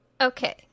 Okay